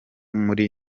muri